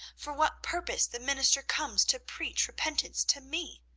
for what purpose the minister comes to preach repentance to me.